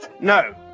No